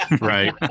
Right